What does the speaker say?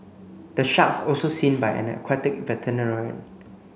the sharks also seen by an aquatic veterinarian